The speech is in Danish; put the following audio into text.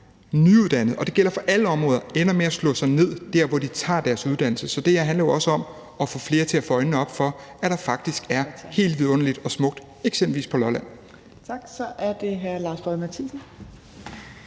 nyuddannede, og det gælder for alle områder, ender med at slå sig ned der, hvor de tager deres uddannelse. Så det her handler jo også om at få flere til at få øjnene op for, at der faktisk er helt vidunderligt og smukt eksempelvis på Lolland. Kl. 12:42 Fjerde næstformand